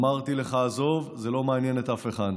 אמרתי לך: עזוב, זה לא מעניין אף אחד,